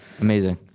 Amazing